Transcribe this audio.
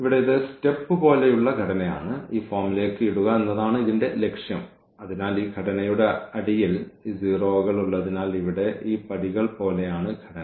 ഇവിടെ ഇത് സ്റ്റെപ്പ് പോലെയുള്ള ഘടനയാണ് ഈ ഫോമിലേക്ക് ഇടുക എന്നതാണ് ഇതിന്റെ ലക്ഷ്യം അതിനാൽ ഈ ഘടനയുടെ അടിയിൽ ഈ 0 കൾ ഉള്ളതിനാൽ ഇവിടെ ഈ പടികൾ പോലെയാണ് ഘടന